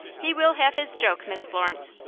he will have his joke, miss florence,